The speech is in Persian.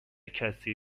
کسی